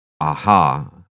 aha